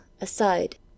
aside